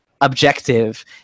objective